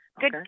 good